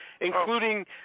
including